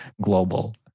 global